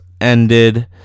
ended